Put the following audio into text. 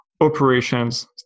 operations